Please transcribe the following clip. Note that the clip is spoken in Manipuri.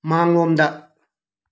ꯃꯥꯡꯂꯣꯝꯗ